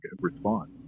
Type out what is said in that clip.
response